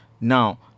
now